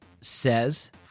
says